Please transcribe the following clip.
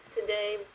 today